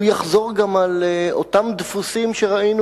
הוא יחזור גם על אותם דפוסים שראינו